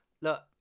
look